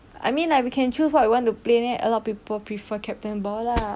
I mean like we can choose what we want to play then a lot of people prefer captain ball lah